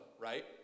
right